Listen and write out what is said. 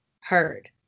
heard